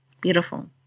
Beautiful